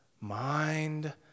mind